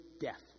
death